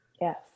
Yes